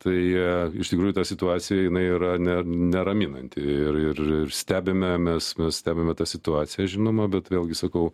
tai iš tikrųjų ta situacija jinai yra ne neraminanti ir ir ir stebime mes stebime tą situaciją žinoma bet vėlgi sakau